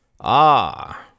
Ah